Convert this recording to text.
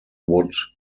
would